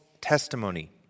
testimony